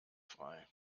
frei